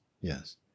yes